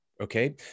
okay